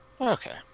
Okay